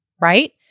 right